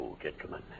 Gentlemen